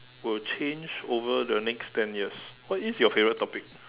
will change over the next ten years what is your favorite topic